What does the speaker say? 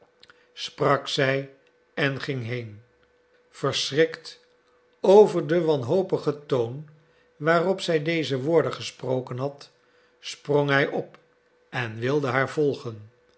sprak zij en ging heen verschrikt over den wanhopigen toon waarop zij deze woorden gesproken had sprong hij op en wilde haar volgen